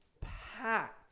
packed